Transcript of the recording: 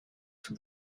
sont